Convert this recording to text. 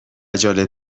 جالب